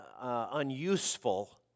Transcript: unuseful